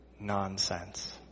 nonsense